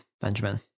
Benjamin